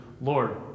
Lord